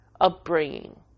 upbringing